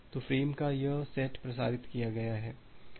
तो फ़्रेम का यह सेट प्रसारित किया गया है